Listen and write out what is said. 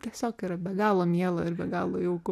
tiesiog yra be galo miela ir be galo